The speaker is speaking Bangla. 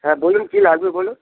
হ্যাঁ বলুন কী লাগবে বলুন